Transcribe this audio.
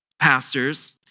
pastors